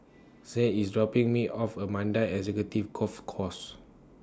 Saint IS dropping Me off A Mandai Executive Golf Course